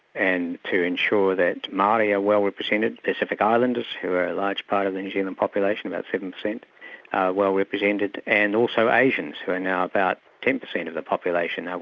and to ensure that maori are well represented, pacific islanders who are a large part of the new zealand population, about seven percent, are well represented, and also asians who are now about ten percent of the population,